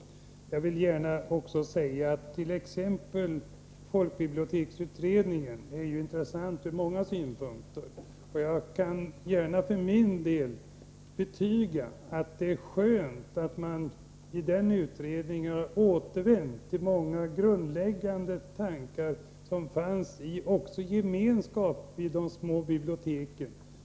Jag vill gärna också säga att t.ex. folkbiblioteksutredningen är intressant ur många synpunkter. Jag kan för min del gärna betyga att det är skönt att man i den utredningen har återvänt till många grundläggande tankar, bl.a. i fråga om gemenskap i de små biblioteken.